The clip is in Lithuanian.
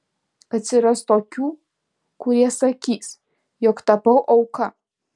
atsiras tokių kurie sakys jog tapau auka